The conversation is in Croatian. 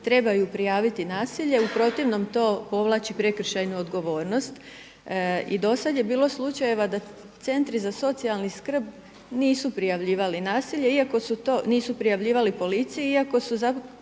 trebaju prijaviti nasilje u protivnom to povlači prekršajnu odgovornost. I do sad je bilo slučajeva da centri za socijalnu skrb nisu prijavljivali nasilje iako su to, nisu prijavljivali policiji iako su zapravo